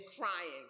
crying